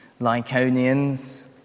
Lyconians